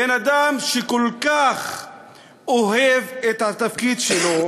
בן-אדם שכל כך אוהב את התפקיד שלו,